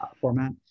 format